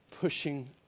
pushing